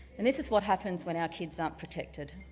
and this is what happens when our kids aren't protected.